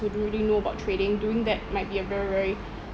who don't really know about trading doing that might be a very very